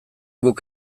guk